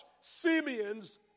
Simeon's